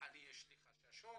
שיש לי חששות,